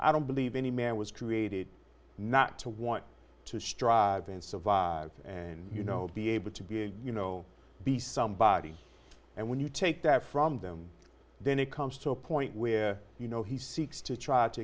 i don't believe any man was created not to want to strive and survive and you know be able to be a you know be somebody and when you take that from them then it comes to a point where you know he seeks to try to